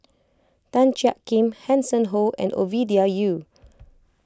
Tan Jiak Kim Hanson Ho and Ovidia Yu